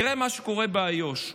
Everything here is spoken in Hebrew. תראה מה קורה באיו"ש.